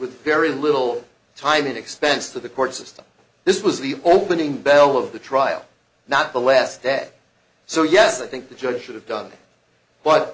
with very little time and expense to the court system this was the opening bell of the trial not the last day so yes i think the judge should have done